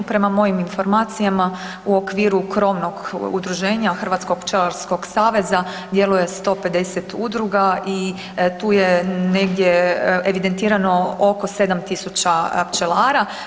Prema mojim informacijama u okviru krovnog udruženja Hrvatskog pčelarskog saveza djeluje 150 udruga i tu je negdje evidentirano oko 7.000 pčelara.